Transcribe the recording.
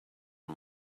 and